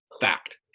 fact